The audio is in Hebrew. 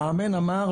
המאמן אמר,